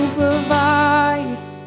provides